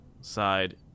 side